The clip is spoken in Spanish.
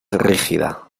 rígida